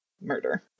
murder